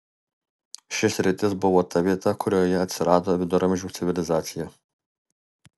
ši sritis buvo ta vieta kurioje atsirado viduramžių civilizacija